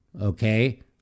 okay